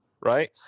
right